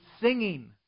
singing